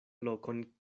lokon